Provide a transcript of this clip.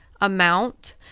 amount